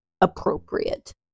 appropriate